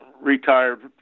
retired